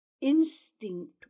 Instinct